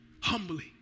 humbly